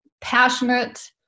passionate